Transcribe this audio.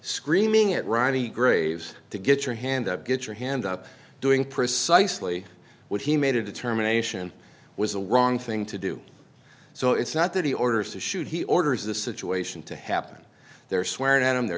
screaming at ronnie graves to get your hand up get your hand up doing precisely what he made a determination was a wrong thing to do so it's not that he orders to shoot he orders the situation to happen there swearing and i'm the